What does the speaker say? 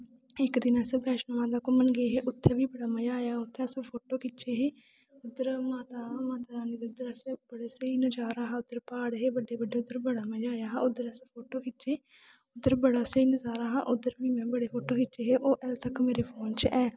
इस दिन अस बैष्णो माता घूमन गे हे उत्थै बी बड़ा मजा आया उत्थै बी असें फोटो खिच्चे हे उद्धर माता दा बड़ा स्हेई नजारा हा उद्धर प्हाड़ हे बड्डे बड्डे उद्धर बड़ा मजा आया हा उद्धर असें गी बड़ा मजा आया उद्धर बड़ा स्हेई नजारा हा उद्धर में बड़े फोटो खिच्चे हे अजैं तक मेरे फोन च है ऐ